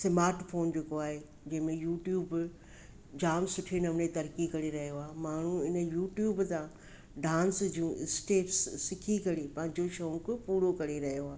smart phone जेको आहे जंहिंमें यूट्यूब जाम सुठे नमूने तरक़ी करे रहियो आहे माण्हू हिन यूट्यूब सां डांस जूं स्टेप्स सिखी करे पंहिंजो शौक़ु पूरो करे रहियो आहे